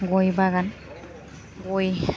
गय बागान गय